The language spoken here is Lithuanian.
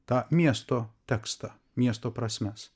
tą miesto tekstą miesto prasmes